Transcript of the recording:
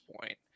point